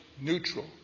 neutral